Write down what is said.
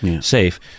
safe